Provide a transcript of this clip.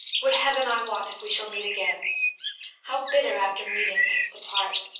would heaven i wot if we shall meet again how bitter after meeting tis to part,